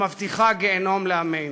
המבטיחה גיהינום לעמנו.